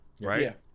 right